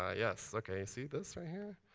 ah yes. ok, see this right here?